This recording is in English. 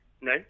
No